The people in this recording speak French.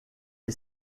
est